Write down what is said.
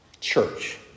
Church